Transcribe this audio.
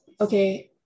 okay